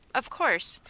of course!